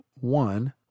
One